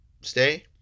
stay